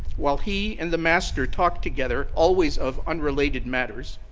while he and the master talked together always of unrelated matters,